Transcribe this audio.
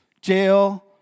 Jail